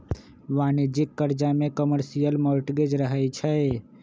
वाणिज्यिक करजा में कमर्शियल मॉर्टगेज रहै छइ